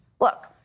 Look